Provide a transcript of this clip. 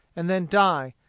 and then die,